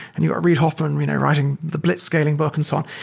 and you know reid hoffman you know writing the blitzscaling book and so on.